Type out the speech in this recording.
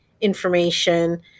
information